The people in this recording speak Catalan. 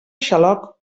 xaloc